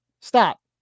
Stop